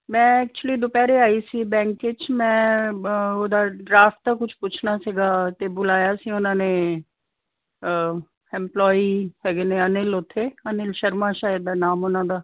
ਮੈਂ ਐਕਚੁਲੀ ਦੁਪਹਿਰੇ ਆਈ ਸੀ ਬੈਂਕ 'ਚ ਮੈਂ ਉਹਦਾ ਡਰਾਫਟ ਦਾ ਕੁਝ ਪੁੱਛਣਾ ਸੀਗਾ ਤੇ ਬੁਲਾਇਆ ਸੀ ਉਹਨਾਂ ਨੇ ਇਮਪਲੋਈ ਹੈਗੇ ਨੇ ਅਨਿਲ ਹੈਗੇ ਨੇ ਓਥੇ ਅਨਿਲ ਸ਼ਰਮਾ ਸ਼ਾਇਦ ਦਾ ਨਾਮ ਉਹਨਾਂ ਦਾ